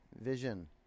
Vision